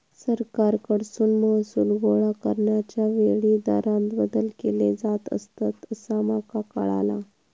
सरकारकडसून महसूल गोळा करण्याच्या वेळी दरांत बदल केले जात असतंत, असा माका कळाला